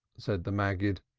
said the maggid,